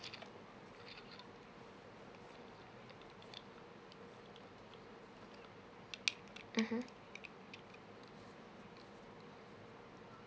mmhmm